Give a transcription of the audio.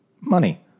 money